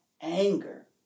anger